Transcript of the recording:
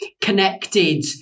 connected